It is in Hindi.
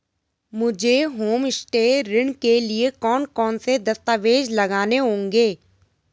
मुझे होमस्टे ऋण के लिए कौन कौनसे दस्तावेज़ लगाने होंगे?